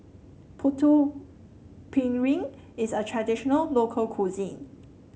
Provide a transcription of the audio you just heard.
Putu Piring is a traditional local cuisine